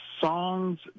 songs